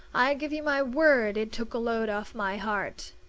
i give you my word it took a load off my heart.